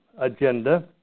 agenda